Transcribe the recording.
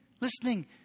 listening